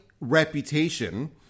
reputation